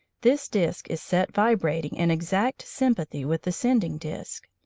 this disc is set vibrating in exact sympathy with the sending disc.